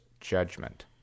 judgment